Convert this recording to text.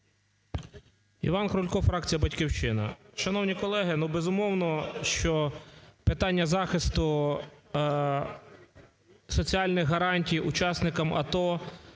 Іван Крулько, фракція "Батьківщина". Шановні колеги, ну, безумовно, що питання захисту соціальних гарантій учасникам АТО,